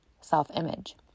self-image